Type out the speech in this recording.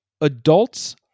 Adults